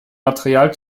material